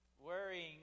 Worrying